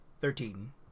Thirteen